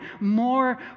more